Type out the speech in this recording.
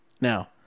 now